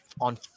on